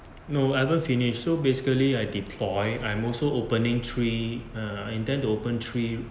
no I haven't finish so basically I deploy I'm also opening three err I intend to open three